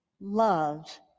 love